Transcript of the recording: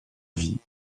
vie